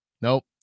Nope